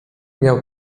miał